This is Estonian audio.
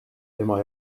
tema